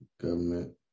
government